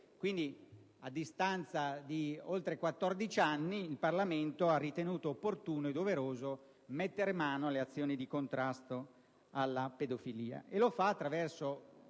1996. A distanza di oltre 14 anni, il Parlamento ha ritenuto opportuno e doveroso metter mano alle azioni di contrasto alla pedofilia,